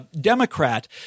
Democrat